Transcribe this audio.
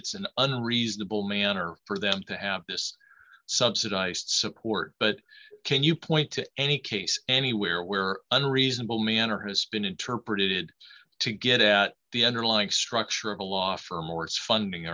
it's an unreasonable manner for them to have this subsidized support but can you point to any case anywhere where unreasonable manner has been interpreted to get at the underlying structure of a law firm or its funding